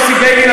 יוסי ביילין,